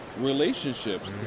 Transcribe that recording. relationships